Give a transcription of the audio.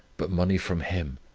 but money from him.